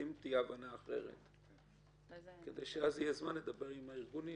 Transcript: אם תהיה הבנה אחרת כדי שיהיה זמן אז לדבר עם הארגונים.